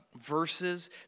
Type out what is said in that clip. verses